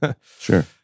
Sure